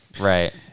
right